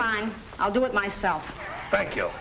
mine i'll do it myself thank you